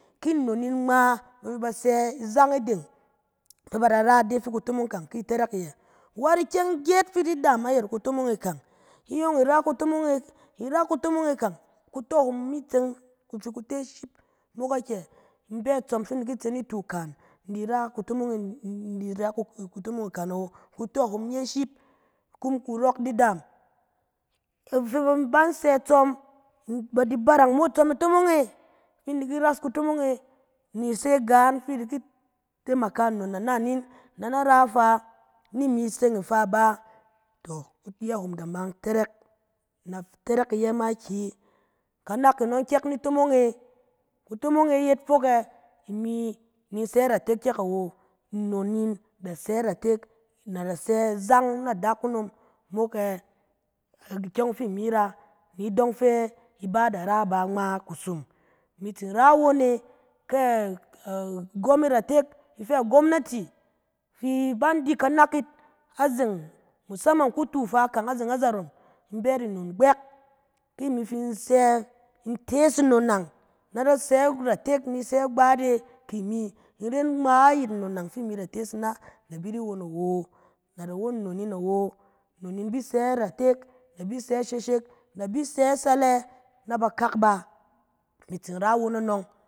Ki nnon in ngma, na ba sɛ izang ideng, fɛ ba da ra ide kutomong kang ifi tɛrɛk iyɛ, wat ikyɛng gyet fi i di daam ayɛt kutomong e kang, iyɔng i ra kutomong e, i ra kutomong e kang, kutɔ hom mi tse, ku tsi ku te ship mok akyɛ in bɛ itsɔm fi in di ki tse nitu kan, in di ra kutomong e, in di ra ku-kutomong ikan awo, kutɔ hom nye ship, nkum kurɔk di daam. In fin ban sɛ itsɔm, ba di barang mo itsɔm itomong e, fin in di ki ras kutomong e, ni se gang fi in di ki tamaka nnon na na 'in, na na ra ifa, ni imi tse ifa bà. Tɔ!, iyɛ hom da man tɛrɛk, na tɛrɛk iyɛ makiyi, kanak in ɔng kyɛk ni tomong e. Kutomong e yet fok kɛ, imi ni in sɛ iratek kyɛk awo, in nnon in da sɛ iratek, na na sɛ izang na adakunom, mok e ikyɛng fɛ imi ra ni idɔng fɛ iba da ra bà ngma kusum. Imi tsin ra awon e kɛ a-igwɔm iratek, ifɛ gwɔmnati fi i ban di kanak 'it azeng, misama kutu ifa kang azeng azaron, in bɛ yit nnon gbɔk. Ki imi fin sɛ, in tees nnon nan, na na sɛ iratek ni sɛ igbatek ki imi, in ren ngma ayɛt nnon nan fin in da tees inan da bi di won awo, na da won nnon in awo. Nnon ‘in bi sɛ iratek, na bi sɛ isheshek, na bi sɛ sale na bakak bá. Imi tsin ra won anɔng.